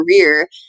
career